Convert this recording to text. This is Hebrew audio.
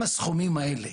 עם הסכומים האלה,